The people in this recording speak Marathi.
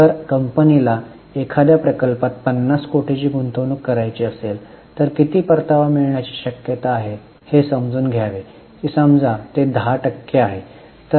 तर कंपनीला एखाद्या प्रकल्पात 50 कोटींची गुंतवणूक करायची असेल तर किती परतावा मिळण्याची शक्यता आहे हे समजावून घ्यावे की समजा ते १० टक्के आहे